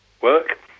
Work